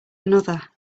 another